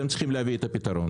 אתם צריכים להביא את הפתרון